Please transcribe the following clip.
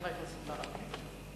חבר הכנסת ברכה.